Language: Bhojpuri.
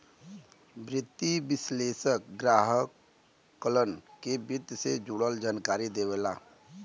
वित्तीय विश्लेषक ग्राहकन के वित्त से जुड़ल जानकारी देवेला